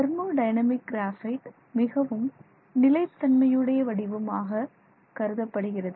thermodynamic graphite மிகவும் நிலைத் தன்மையுடைய வடிவமாக கருதப்படுகிறது